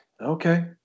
Okay